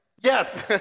Yes